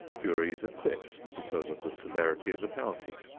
juries acquit because of the severity of the penalty.